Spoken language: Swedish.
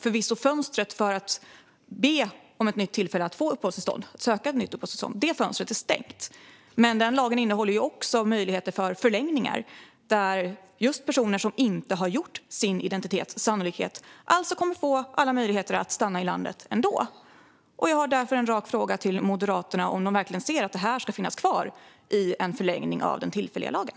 Fönstret för att söka ett nytt uppehållstillstånd är förvisso stängt, men lagen innehåller också möjligheter till förlängningar där personer som inte har gjort sin identitet sannolik alltså kommer att få alla möjligheter att stanna i landet ändå. Jag har därför en rak fråga till Moderaterna, och den är om de verkligen tycker att det här ska finnas kvar i en förlängning av den tillfälliga lagen.